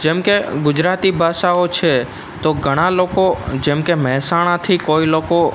જેમકે ગુજરાતી ભાષાઓ છે તો ઘણા લોકો જેમકે મહેસાણાથી કોઈ લોકો